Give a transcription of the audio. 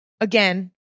again